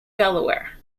delaware